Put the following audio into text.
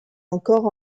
encore